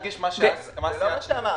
זה לא מה שאמרתי.